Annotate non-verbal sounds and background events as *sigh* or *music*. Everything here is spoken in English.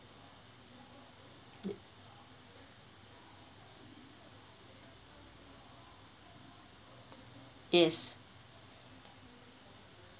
*noise* yes